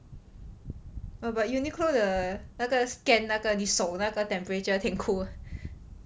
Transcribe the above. !wah! but Uniqlo the 那个 scan 那个你手那个 temperature 挺 cool